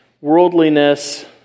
worldliness